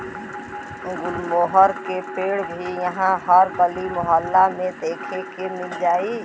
गुलमोहर के पेड़ भी इहा हर गली मोहल्ला में देखे के मिल जाई